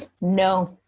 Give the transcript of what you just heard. No